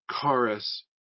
Chorus